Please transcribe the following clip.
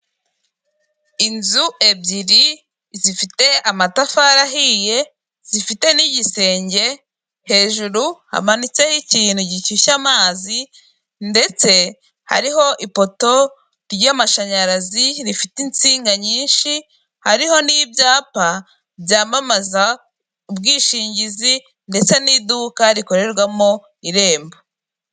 Inzu ebyiri zifite amatafari ahiye zifite n'igisenge, hejuru hamanitseho ikintu gishyushya amazi ndetse hariho ipoto ry'amashanyarazi rifite insinga nyinshi hariho n'ibyapa byamamaza ubwishingizi ndetse n'iduka rikorerwamo irembo.